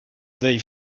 they